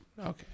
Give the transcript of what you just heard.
Okay